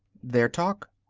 their talk?